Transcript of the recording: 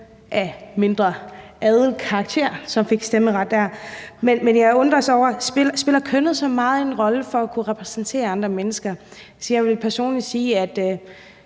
af mindre adel karakter, som først fik stemmeret der. Men jeg undres over noget: Spiller kønnet så stor en rolle for at kunne repræsentere andre mennesker? Jeg vil personligt sige, at